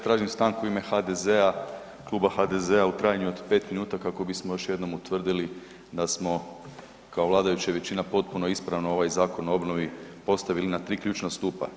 Tražim stanku u ime HDZ-a, Kluba HDZ-a u trajanju od 5 minuta kako bismo još jednom utvrdili da smo kao vladajuća većina potpuno ispravo ovaj Zakon o obnovi postavili na 3 ključna stupa.